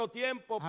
tiempo